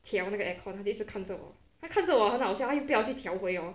调那个 aircon 他就一直看着我他看着我很好笑他又不要去调回 hor